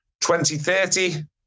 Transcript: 2030